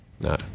No